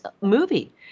movie